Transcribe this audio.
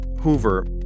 Hoover